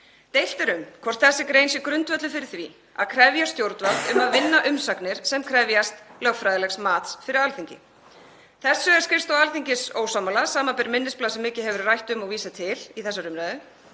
Deilt er um hvort þessi grein sé grundvöllur fyrir því að krefja stjórnvald um að vinna umsagnir sem krefjast lögfræðilegs mats fyrir Alþingi. Þessu er skrifstofa Alþingis ósammála, samanber minnisblað sem mikið hefur verið rætt um og vísað til í þessari umræðu.